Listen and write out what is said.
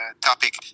topic